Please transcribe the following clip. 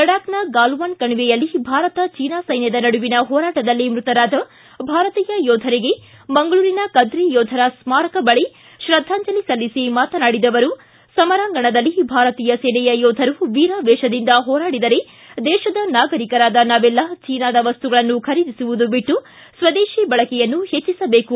ಲಡಾಕ್ನ ಗಾಲ್ವನ್ ಕಣಿವೆಯಲ್ಲಿ ಭಾರತ ಚೀನಾ ಸೈನ್ಯದ ನಡುವಿನ ಹೋರಾಟದಲ್ಲಿ ಮೃತರಾದ ಭಾರತೀಯ ಯೋಧರಿಗೆ ಮಂಗಳೂರಿನ ಕದ್ರಿ ಯೋಧರ ಸ್ನಾರಕ ಬಳಿ ಶ್ರದ್ದಾಂಜಲಿ ಸಲ್ಲಿಸಿ ಮಾತನಾಡಿದ ಅವರು ಸಮರಾಂಗಣದಲ್ಲಿ ಭಾರತೀಯ ಸೇನೆಯ ಯೋಧರು ವೀರಾವೇಶದಿಂದ ಹೋರಾಡಿದರೆ ದೇಶದ ನಾಗರಿಕರಾದ ನಾವೆಲ್ಲ ಚೀನಾದ ವಸ್ತುಗಳನ್ನು ಖರೀದಿಸುವುದು ಬಿಟ್ಲು ಸ್ತದೇಶಿ ಬಳಕೆಯನ್ನು ಹೆಚ್ಚಿಸಬೇಕು